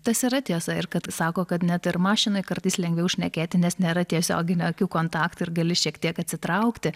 tas yra tiesa ir kad sako kad net ir mašinoj kartais lengviau šnekėti nes nėra tiesioginio akių kontakto ir gali šiek tiek atsitraukti